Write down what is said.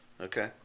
Okay